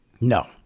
No